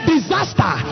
Disaster